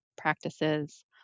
practices